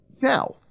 Now